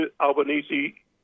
Albanese